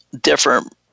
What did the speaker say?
different